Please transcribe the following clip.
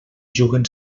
juguen